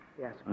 Yes